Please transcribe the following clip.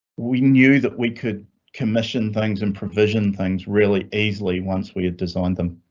we knew that we could commission things in provision things really easily. once we have designed them.